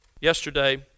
Yesterday